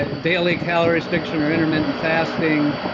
ah and daily calorie restriction or intermittent fasting,